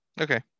Okay